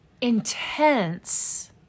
intense